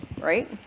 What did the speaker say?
right